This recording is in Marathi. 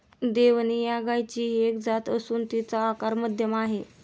देवणी या गायचीही एक जात असून तिचा आकार मध्यम आहे